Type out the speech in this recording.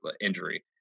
injury